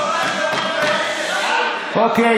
אוקיי.